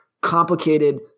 complicated